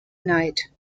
night